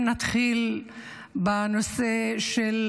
נתחיל בנושא של